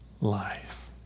life